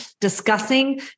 discussing